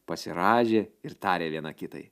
pasirąžė ir tarė viena kitai